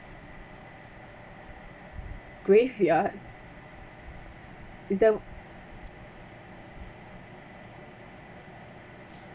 graveyard is that